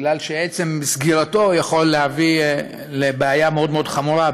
כי עצם סגירתו עלולה להביא לבעיה מאוד מאוד חמורה,